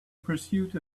pursuit